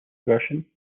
version